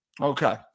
Okay